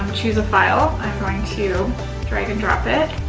choose a file, i'm going to drag and drop it.